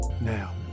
now